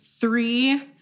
three